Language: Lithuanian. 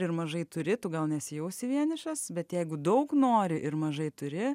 ir mažai turi tu gal nesijausi vienišas bet jeigu daug nori ir mažai turi